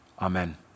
Amen